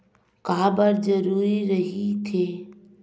का बार जरूरी रहि थे?